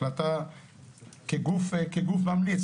החלטה כגוף ממליץ,